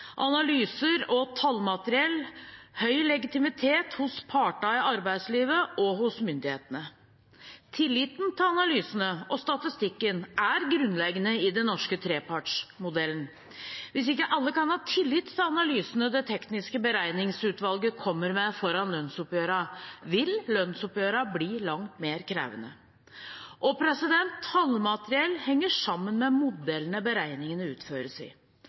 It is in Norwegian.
analyser og tallmateriell høy legitimitet hos partene i arbeidslivet og hos myndighetene. Tilliten til analysene og statistikken er grunnleggende i den norske trepartsmodellen. Hvis ikke alle kan ha tillit til analysene Det tekniske beregningsutvalget kommer med foran lønnsoppgjørene, vil lønnsoppgjørene bli langt mer krevende. Tallmateriell henger sammen med modellene beregningene utføres i.